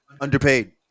Underpaid